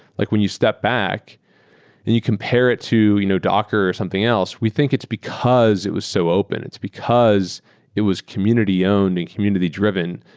like when you step back and you compare it to you know docker or something else, we think it's because it was so open. it's because it was community owned and community-driven.